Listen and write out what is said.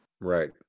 Right